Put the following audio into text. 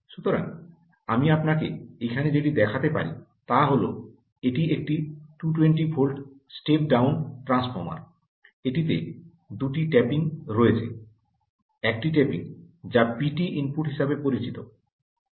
সুতরাং আমি আপনাকে এখানে যেটি দেখাতে পারি তা হল এটি একটি 220 ভোল্ট স্টেপ ডাউন ট্রান্সফরমার এটিতে দুটি ট্যাপিং রয়েছে একটি টেপিং যা পিটি ইনপুট হিসাবে পরিচিত